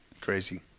Crazy